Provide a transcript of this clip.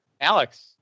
Alex